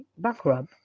BackRub